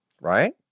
right